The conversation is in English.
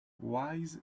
wise